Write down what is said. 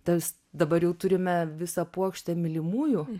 tas dabar jau turime visą puokštę mylimųjų